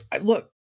look